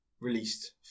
released